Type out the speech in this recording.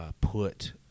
put